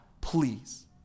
please